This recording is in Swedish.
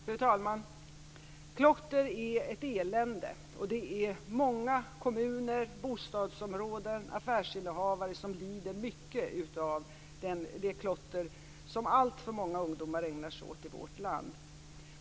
Fru talman! Klotter är ett elände. Och det är många kommuner, bostadsområden och affärsinnehavare som lider mycket av det klotter som alltför många ungdomar i vårt land ägnar sig åt.